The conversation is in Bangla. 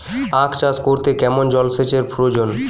আখ চাষ করতে কেমন জলসেচের প্রয়োজন?